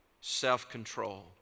self-control